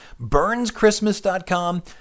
BurnsChristmas.com